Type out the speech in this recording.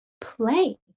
play